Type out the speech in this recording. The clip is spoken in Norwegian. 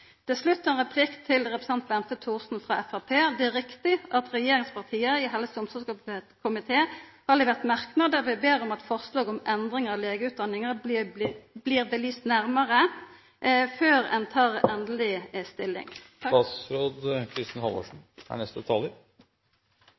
slutt ein replikk til representanten Bente Thorsen frå Framstegspartiet. Det er riktig at regjeringspartia i helse- og omsorgskomiteen har levert ein merknad, der vi ber om at forslag til endringar i legeutdanninga blir nærmare belyst før ein tek endeleg stilling.